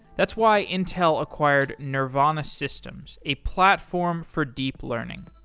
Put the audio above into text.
that's why intel acquired nervana systems, a platform for deep learning.